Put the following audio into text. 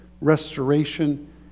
restoration